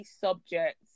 subjects